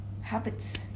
habits